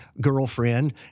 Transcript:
girlfriend